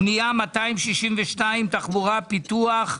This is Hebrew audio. פנייה מספר 262, תחבורה, פיתוח,